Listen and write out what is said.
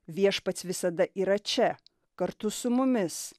viešpats visada yra čia kartu su mumis